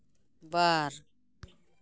ᱵᱟᱨ